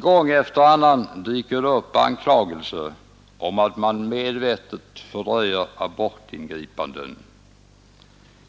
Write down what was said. Gång efter annan dyker det upp anklagelser om att man medvetet fördröjer abortingripanden.